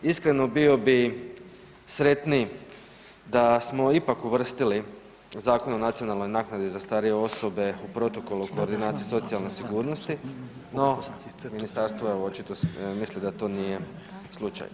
Iskreno, bio bih sretniji da smo ipak uvrstili Zakon o nacionalnoj naknadi za starije osobe u Protokol o koordinaciji socijalne sigurnosti, no Ministarstvo očito misli da to nije slučaj.